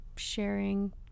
sharing